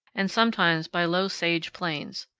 and sometimes by low sage plains.